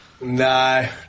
No